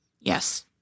Yes